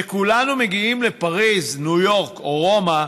כשכולנו מגיעים לפריז, ניו יורק או רומא,